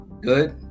Good